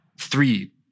three